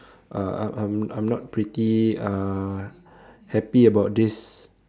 uh I'm I'm I'm not pretty uh happy about this